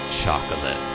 Chocolate